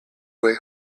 way